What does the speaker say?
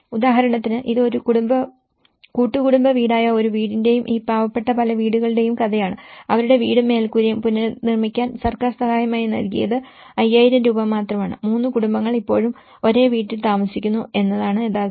ഉദാഹരണത്തിന് ഇത് ഒരു കൂട്ടുകുടുംബ വീടായ ഒരു വീടിന്റെയും ഈ പാവപ്പെട്ട പല വീടുകളുടെയും കഥയാണ് അവരുടെ വീടും മേൽക്കൂരയും പുനർനിർമിക്കാൻ സർക്കാർ സഹായമായി നൽകിയത് 5000 രൂപ മാത്രമാണ് 3 കുടുംബങ്ങൾ ഇപ്പോഴും ഒരേ വീട്ടിൽ താമസിക്കുന്നു എന്നതാണ് യാഥാർത്ഥ്യം